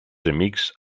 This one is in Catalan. amics